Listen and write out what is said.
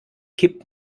kipp